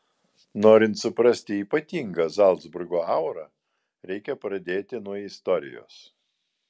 norint suprasti ypatingą zalcburgo aurą reikia pradėti nuo istorijos